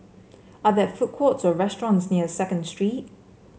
are there food courts or restaurants near Second Street